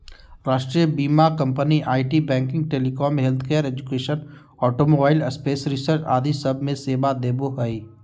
राष्ट्रीय बीमा company IT, banking, telecom, healthcare, education, automobile, space research आदि सब मे सेवा देवो हय